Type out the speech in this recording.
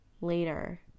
later